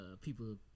people